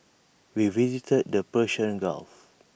we visited the Persian gulf